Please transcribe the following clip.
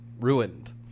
ruined